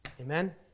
Amen